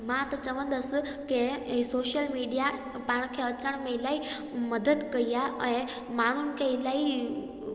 मां त चवंदसि की ई सोशल मिडिया पाण खे अचण में इलाही मदद कई आहे ऐं माण्हुनि खे इलाही